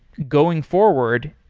going forward,